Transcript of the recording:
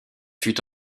fut